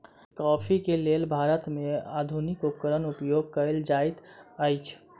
coffee के लेल भारत में आधुनिक उपकरण उपयोग कएल जाइत अछि